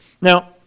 Now